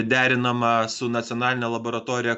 derinama su nacionaline laboratorija